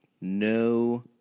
no